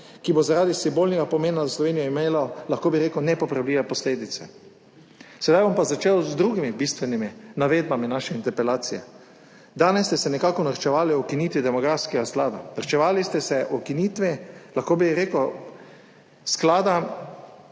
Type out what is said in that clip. ki bo zaradi simbolnega pomena za Slovenijo imelo, lahko bi rekel, nepopravljive posledice. Zdaj bom pa začel z drugimi bistvenimi navedbami naše interpelacije. Danes ste se nekako norčevali ukinitvi Demografskega sklada. Norčevali ste se ukinitvi sklada,